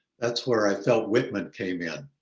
that's where i felt whitman came in,